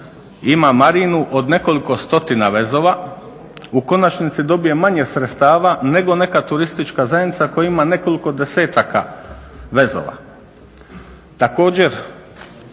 ima Marinu od nekoliko stotina vezova u konačnici dobije manje sredstava nego neka turistička zajednica koja ima nekoliko desetaka vezova. Također